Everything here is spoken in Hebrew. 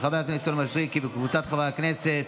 של חבר הכנסת יונתן מישרקי וקבוצת חברי הכנסת,